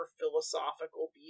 philosophical